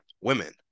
women